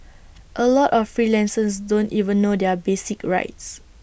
A lot of freelancers don't even know their basic rights